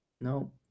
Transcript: No